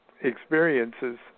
experiences